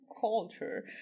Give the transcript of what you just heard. culture